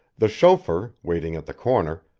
the chauffeur, waiting at the corner,